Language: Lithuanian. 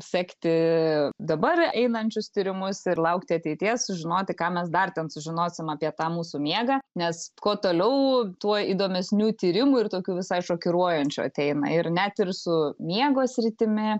sekti dabar einančius tyrimus ir laukti ateities sužinoti ką mes dar ten sužinosim apie tą mūsų miegą nes kuo toliau tuo įdomesnių tyrimų ir tokių visai šokiruojančių ateina ir net ir su miego sritimi